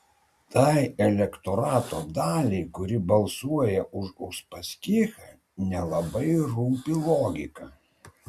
tai elektorato daliai kuri balsuoja už uspaskichą nelabai rūpi logika